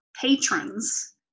patrons